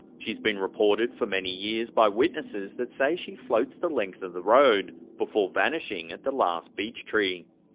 she's been reported for many years by witnesses that say she floats the length of the road, before vanishing at the last beech tree.